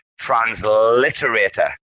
transliterator